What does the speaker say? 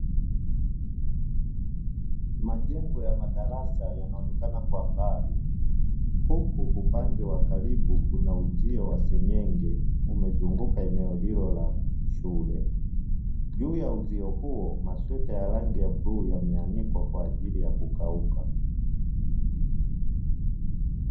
Majengo ya madarasa yanaonekana kwa mbali, huku upande wa wa karibu kuna uzio wa senyenge umezunguka eneo hilo la shule. Juu ya uzio huo, masweta ya rangi ya bluu yameanikwa kwaajili ya kukauka.